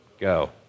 Go